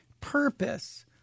purpose